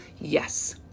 Yes